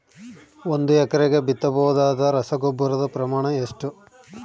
ಒಂದು ಎಕರೆಗೆ ಬಿತ್ತಬಹುದಾದ ರಸಗೊಬ್ಬರದ ಪ್ರಮಾಣ ಎಷ್ಟು?